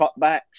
cutbacks